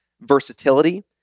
versatility